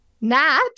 Nat